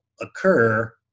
occur